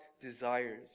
desires